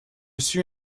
suis